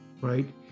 right